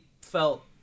felt